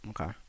Okay